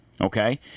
Okay